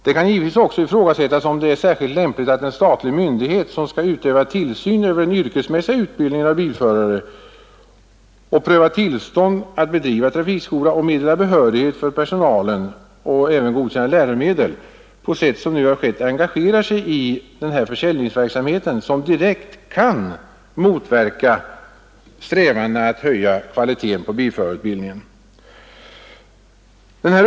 Det kan givetvis också ifrågasättas, om det är särskilt lämpligt att en statlig myndighet, som skall utöva tillsyn över den yrkesmässiga utbildningen av bilförare, pröva tillstånd att bedriva trafikskola och meddela behörighet för personalen samt godkänna läromedel, på sätt som nu skett engagerar sig i försäljningsverksamhet, som direkt kan motverka strävandena att höja kvaliteten på bilförarutbildningen.